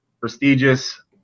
prestigious